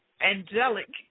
angelic